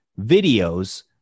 videos